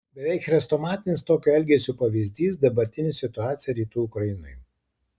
beveik chrestomatinis tokio elgesio pavyzdys dabartinė situacija rytų ukrainoje